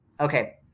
okay